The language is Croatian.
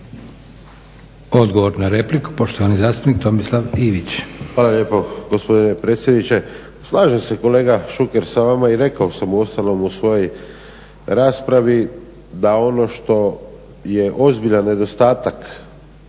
Odgovor na repliku, poštovani zastupnik Tomislav Ivić.